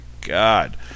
God